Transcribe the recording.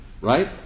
right